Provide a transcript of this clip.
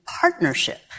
partnership